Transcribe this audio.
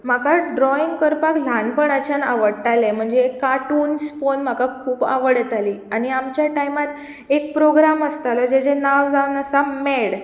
म्हाका ड्राइंग करपाक ल्हानपणाच्यान आवडटालें म्हणजे कार्टून्स पळोवन म्हाका खूब आवड येताली आनी हांव आमच्या टायमार एक प्रोग्राम आसतालो जेचें नांव जावन आसा मॅड